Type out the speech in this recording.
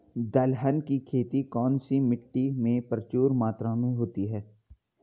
दलहन की खेती कौन सी मिट्टी में प्रचुर मात्रा में होती है?